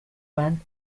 man